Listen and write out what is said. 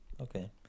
okay